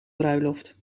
bruiloft